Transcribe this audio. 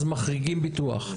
אז מחריגים ביטוח.